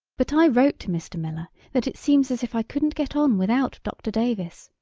but i wrote to mr. miller that it seems as if i couldn't get on without dr. davis.